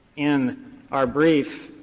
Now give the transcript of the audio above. in our brief,